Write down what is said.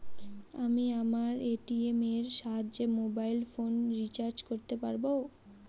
আমি আমার এ.টি.এম এর সাহায্যে মোবাইল ফোন রিচার্জ করতে পারব?